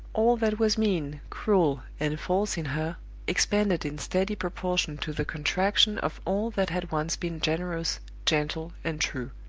all that was mean, cruel, and false in her expanded in steady proportion to the contraction of all that had once been generous, gentle, and true.